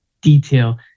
detail